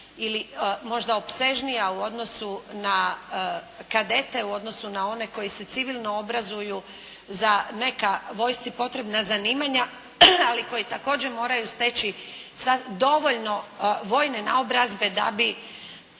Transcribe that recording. ili možda opsežnija u odnosu na kadete, u odnosu na one koji se civilno obrazuju za neka vojsci potrebna zanimanja, ali koji također moja steći dovoljno vojne naobrazbe da bi